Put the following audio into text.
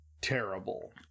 terrible